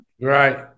Right